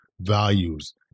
values